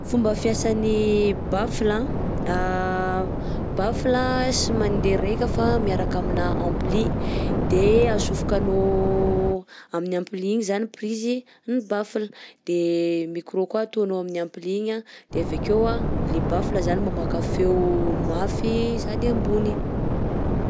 Fomba fiasan'ny baffle a, baffle tsy mandeha reka fa miaraka amina ampli de atsofokanao amin'ny ampli igny zany prise ny baffle de micro koà ataonao amin'ny ampli igny de avekeo a le baffle zany mamoaka feo mafy sady ambony.